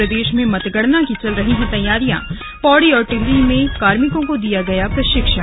प्रदेश में मतगणना की चल रही है तैयारियां पौड़ी और टिहरी में कार्मिकों को दिया गया प्रशिक्षण